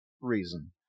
reason